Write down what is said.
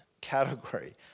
category